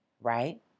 Right